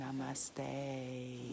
Namaste